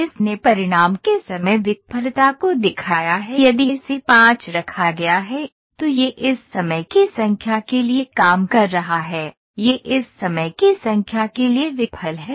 इसने परिणाम के समय विफलता को दिखाया है यदि इसे 5 रखा गया है तो यह इस समय की संख्या के लिए काम कर रहा है यह इस समय की संख्या के लिए विफल है